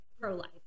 pro-life